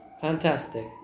Fantastic